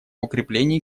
укреплении